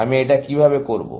আমি এটা কিভাবে করবো